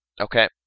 Okay